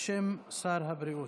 בבקשה, בשם שר הבריאות.